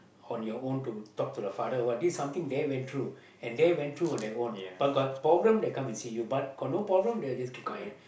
on your own to talk to the father what this something they went through and they went through on their own but got problem they come and see you but got no problem they will just keep quiet